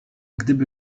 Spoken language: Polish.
gdyby